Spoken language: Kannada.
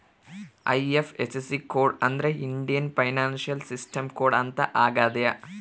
ಐ.ಐಫ್.ಎಸ್.ಸಿ ಕೋಡ್ ಅಂದ್ರೆ ಇಂಡಿಯನ್ ಫೈನಾನ್ಶಿಯಲ್ ಸಿಸ್ಟಮ್ ಕೋಡ್ ಅಂತ ಆಗ್ಯದ